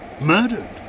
Murdered